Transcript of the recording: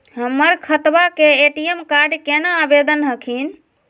हमर खतवा के ए.टी.एम कार्ड केना आवेदन हखिन?